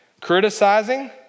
criticizing